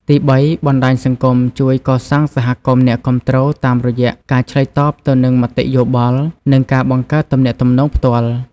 ទីបី បណ្ដាញសង្គមជួយកសាងសហគមន៍អ្នកគាំទ្រតាមរយៈការឆ្លើយតបទៅនឹងមតិយោបល់ និងការបង្កើតទំនាក់ទំនងផ្ទាល់។